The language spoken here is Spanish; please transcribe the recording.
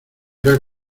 era